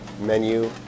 menu